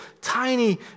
tiny